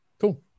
Cool